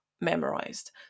memorized